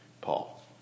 Paul